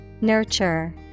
Nurture